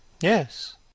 Yes